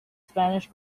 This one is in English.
spanish